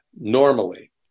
normally